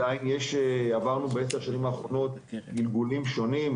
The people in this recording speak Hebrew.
כי עברנו ב-10 השנים האחרונות גלגולים שונים,